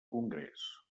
congrés